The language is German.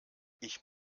ich